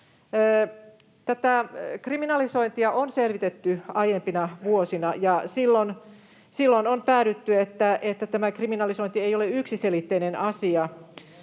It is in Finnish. Kriminalisointia on selvitetty aiempina vuosina, ja silloin on päädytty siihen, että kriminalisointi ei ole yksiselitteinen asia.